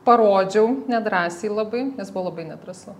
parodžiau nedrąsiai labai nes buvo labai nedrąsu